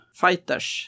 fighters